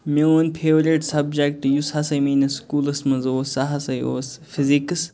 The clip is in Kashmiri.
میوٗن فیٚورِٹ سَبجَکٹ یُس ہسا میٲنِس سکوٗلَس منٛز اوس سُہ ہسا اوس فِزِکٕس